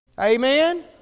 Amen